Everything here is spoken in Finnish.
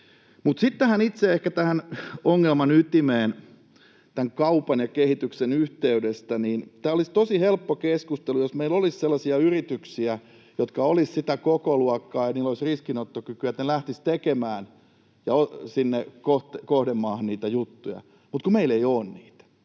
tähän itse ehkä ongelman ytimeen kaupan ja kehityksen yhteydestä: Tämä olisi tosi helppo keskustelu, jos meillä olisi sellaisia yrityksiä, jotka olisivat sitä kokoluokkaa, että niillä olisi riskinottokykyä ja ne lähtisivät tekemään sinne kohdemaahan niitä juttuja. Mutta kun meillä ei ole niitä.